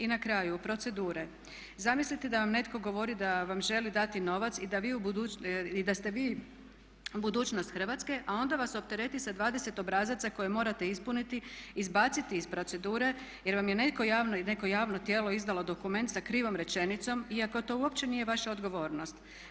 I na kraju procedure zamislite da vam netko govori da vam želi dati novac i da ste vi budućnost Hrvatske, a onda vas optereti sa 20 obrazaca koje morate ispuniti, izbaciti iz procedure jer vam je neko javno tijelo izdalo dokument za krivom rečenicom iako to uopće nije vaša odgovornost.